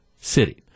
city